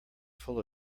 full